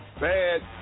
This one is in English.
bad